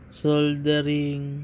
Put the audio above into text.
soldering